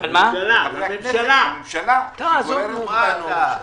נתתי רק דוגמאות.